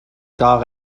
tard